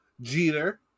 Jeter